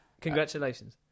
congratulations